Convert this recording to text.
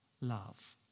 love